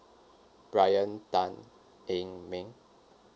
brian tan eng meng